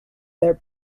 their